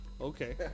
Okay